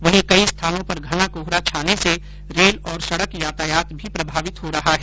वहीं कई स्थानों पर घना कोहरा छाने से रेल और सड़क यातायात भी प्रभावित हो रहा है